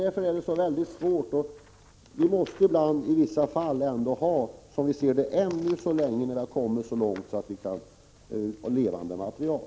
Därför är detta mycket svårt, och vi måste därför, i vissa fall, än så länge använda oss av levande djur vid försök.